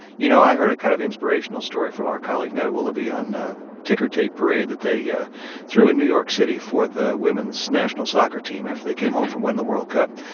you know, i heard a kind of inspirational story from our colleague neda ulaby on a ticker tape parade that they yeah threw in new york city for the women's national soccer team after they came home from winning the world cup.